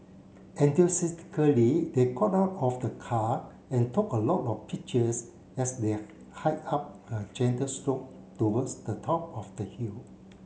they got out of the car and took a lot of pictures as they hiked up a gentle slope towards the top of the hill